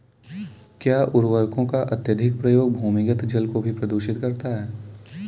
क्या उर्वरकों का अत्यधिक प्रयोग भूमिगत जल को भी प्रदूषित करता है?